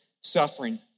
suffering